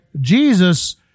Jesus